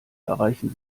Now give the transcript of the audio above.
erreichen